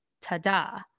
ta-da